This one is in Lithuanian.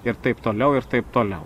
ir taip toliau ir taip toliau